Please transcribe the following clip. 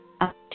up